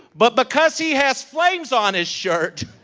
but because he has flames on his shirt.